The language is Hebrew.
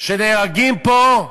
שנהרגים פה,